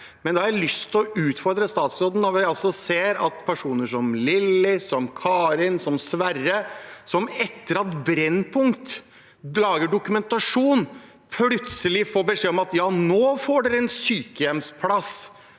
men jeg har lyst til å utfordre statsråden når vi ser at personer som Lilly, Karin og Sverre, etter at Brennpunkt laget en dokumentar, plutselig får beskjed om at de får en sykehjemsplass,